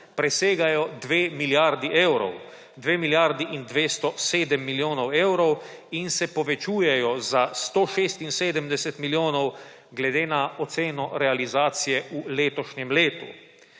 presegajo dve milijardi evrov, 2 milijardi in 207 milijonov evrov, in se povečujejo za 176 milijonov glede na oceno realizacije v letošnjem letu.